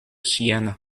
siena